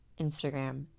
Instagram